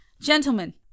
Gentlemen